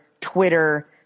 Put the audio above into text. Twitter